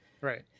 right